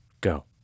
go